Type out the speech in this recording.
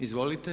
Izvolite.